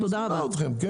אתם יודעים כמה עולה גיל?